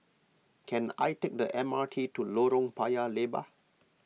can I take the M R T to Lorong Paya Lebar